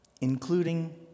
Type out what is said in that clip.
including